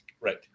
Right